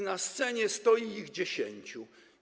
Na scenie stoi ich dziesięciu.